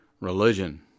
religion